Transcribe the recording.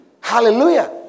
Hallelujah